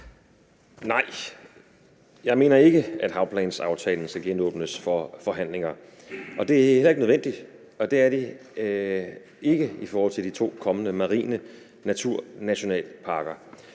Nej, jeg mener ikke, at havplansaftalen skal genåbnes for forhandlinger, og det er heller ikke nødvendigt, i forhold til de to kommende marine naturnationalparker.